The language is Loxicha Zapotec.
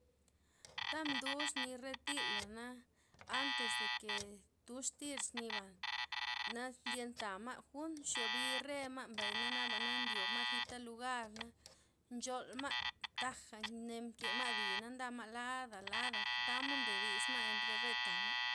Ta' mduxni re thila' na antes deke tuxtir' ixniba', na ndyenta' ma' junt' nxubi re ma' mbay na na nabana' nyobma'zipta' lugarna ncholma', taja' nemke ma'dina' ndama' lada lada tamod nbesma' entre reta ma'.